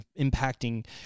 impacting